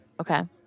Okay